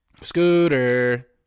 Scooter